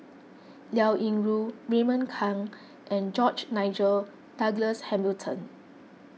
Liao Yingru Raymond Kang and George Nigel Douglas Hamilton